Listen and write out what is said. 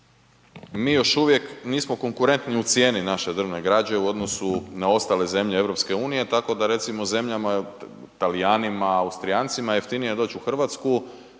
Mi još uvijek nismo konkurentni u cijeni naše drvne građe u odnosu na ostale zemlje EU, tako da recimo Talijanima, Austrijancima je jeftinije doći u Hrvatsku